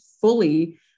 fully